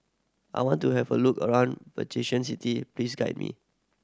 I want to have a look around Vatican City Please guide me